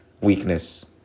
weakness